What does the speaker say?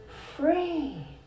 free